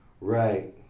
Right